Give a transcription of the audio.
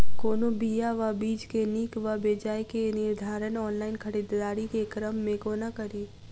कोनों बीया वा बीज केँ नीक वा बेजाय केँ निर्धारण ऑनलाइन खरीददारी केँ क्रम मे कोना कड़ी?